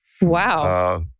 Wow